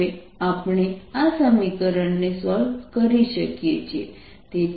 હવે આપણે આ સમીકરણને સોલ્વ કરી શકીએ